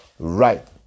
Right